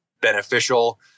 beneficial